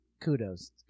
Kudos